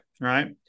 right